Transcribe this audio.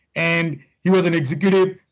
and he was an executive.